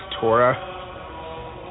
Torah